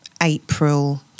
April